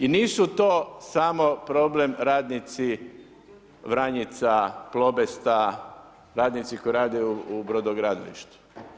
I nisu to samo problem radnici Vranjica, Klobesta, radnici koji rade u brodogradilištu.